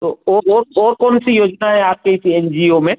तो और और और कौन सी योजना है आपके इस एनजीओ में